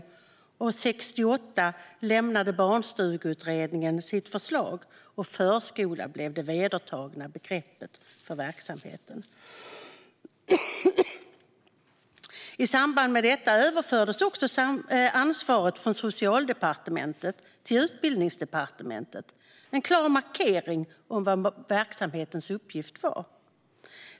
1968 års barnstugeutredning lämnade sitt förslag, och förskola blev det vedertagna begreppet för verksamheten. I samband med detta överfördes också ansvaret från Socialdepartementet till Utbildningsdepartementet. Det var en klar markering om vad verksamhetens uppgift var.